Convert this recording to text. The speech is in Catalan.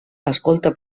escolta